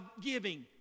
giving